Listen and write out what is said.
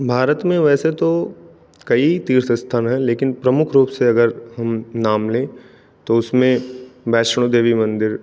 भारत में वैसे तो कई तीर्थ स्थल हैं लेकिन प्रमुख रूप से अगर हम नाम लें तो उसमें वैष्णो देवी मंदिर